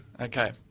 Okay